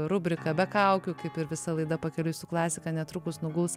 rubrika be kaukių kaip ir visa laida pakeliui su klasika netrukus nuguls